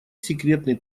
секретный